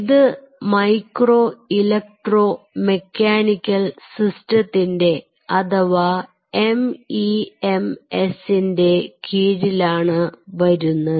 ഇത് micro electro mechanical സിസ്റ്റത്തിന്റെ അഥവാ MEMS ന്റെ കീഴിലാണ് വരുന്നത്